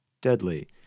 deadly